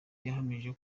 yahamije